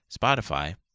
Spotify